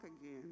again